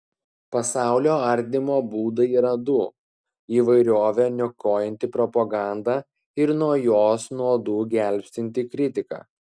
pasaulio ardymo būdai yra du įvairovę niokojanti propaganda ir nuo jos nuodų gelbstinti kritika